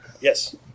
Yes